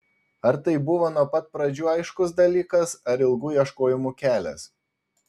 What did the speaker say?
ar tai buvo nuo pat pradžių aiškus dalykas ar ilgų ieškojimų kelias